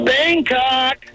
Bangkok